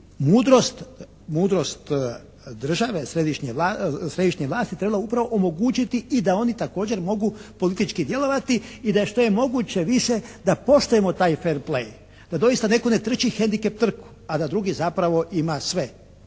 mudrost države, središnje vlasti trebale upravo omogućiti i da oni također mogu politički djelovati i da je što je moguće više da poštujemo taj fer plej, da doista neko treći … /Govornik se ne razumije./ … a da drugi zapravo ima sve.